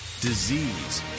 disease